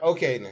Okay